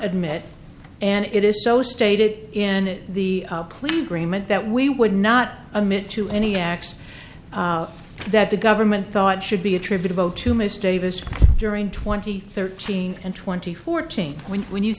admit and it is so stated in the plea agreement that we would not commit to any acts that the government thought should be attributable to miss davis during twenty thirteen and twenty fourteen when when you